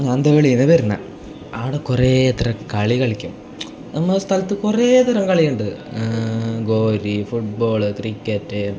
ആന്തകളിയിൽ നിന്ന് വരുന്നത് ആടെ കുറേ തരം കളി കളിക്കും നമ്മ സ്ഥലത്ത് കുറേതരം കളി ഉണ്ട് ഗോലി ഫുട്ബോൾ ക്രിക്കറ്റ്